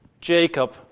Jacob